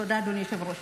תודה, אדוני היושב-ראש.